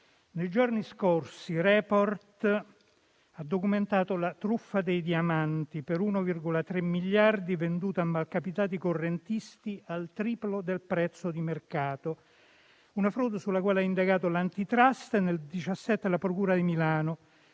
nei giorni scorsi «Report» ha documentato la truffa dei diamanti (per 1,3 miliardi di euro), venduti a malcapitati correntisti al triplo del prezzo di mercato. Si tratta di una frode sulla quale hanno indagato l'Antitrust e nel 2017 la procura di Milano,